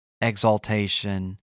exaltation